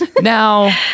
Now